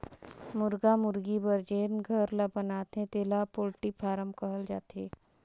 मुरगा मुरगी बर जेन घर ल बनाथे तेला पोल्टी फारम कहल जाथे